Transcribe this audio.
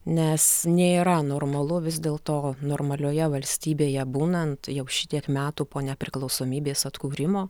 nes nėra normalu vis dėl to normalioje valstybėje būnant jau šitiek metų po nepriklausomybės atkūrimo